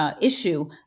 issue